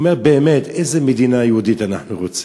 הוא אומר: באמת, איזה מדינה יהודית אנחנו רוצים?